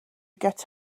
get